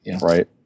Right